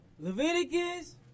Leviticus